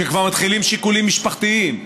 כשכבר מתחילים שיקולים משפחתיים,